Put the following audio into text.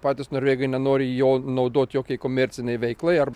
patys norvegai nenori jo naudot jokiai komercinei veiklai ar